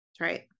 Right